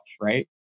right